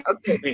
Okay